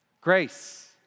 Grace